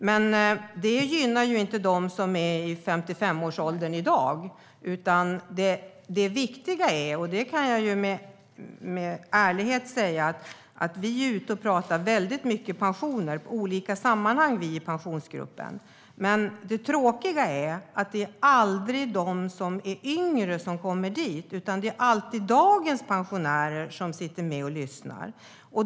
Men det gynnar inte dem som i dag är i 55-årsåldern. Jag kan med ärlighet säga att vi i Pensionsgruppen är ute och talar väldigt mycket om pensioner i olika sammanhang. Men det tråkiga är att det aldrig är de som är yngre som kommer dit. Det är alltid dagens pensionärer som sitter och lyssnar.